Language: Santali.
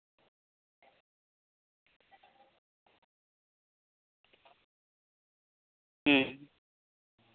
ᱦᱩᱸ